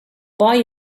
boy